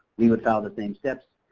we would follow the same steps,